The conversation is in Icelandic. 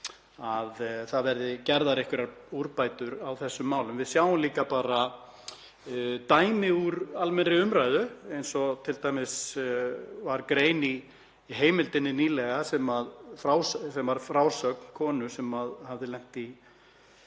að það verði gerðar einhverjar úrbætur á þessum málum. Við sjáum líka bara dæmi úr almennri umræðu, t.d. var grein í Heimildinni nýlega sem var frásögn konu sem hafði lent í